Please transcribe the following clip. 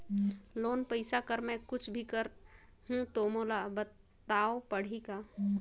Loan पइसा कर मै कुछ भी करहु तो मोला बताव पड़ही का?